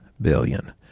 billion